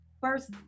First